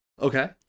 Okay